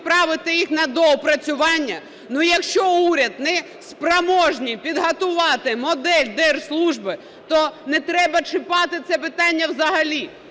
відправити їх на доопрацювання? Ну, якщо уряд не спроможний підготувати модель держслужби, то не треба чіпати це питання взагалі.